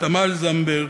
תמר זנדברג,